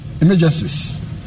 emergencies